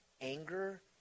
anger